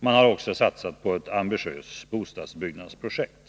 Man har också satsat på ett ambitiöst bostadsbyggnadsprojekt.